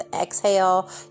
exhale